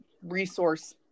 resource